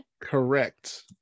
Correct